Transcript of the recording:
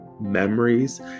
memories